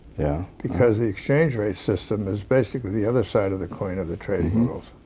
yeah because the exchange rate system is basically the other side of the coin of the trade world.